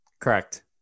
correct